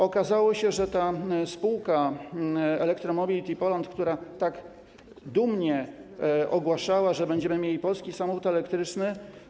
Okazało się, że spółka ElectroMobility Poland, która tak dumnie ogłaszała, że będziemy mieli polski samochód elektryczny.